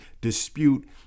dispute